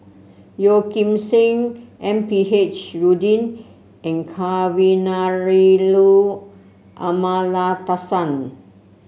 Yeo Kim Seng M P H Rubin and Kavignareru Amallathasan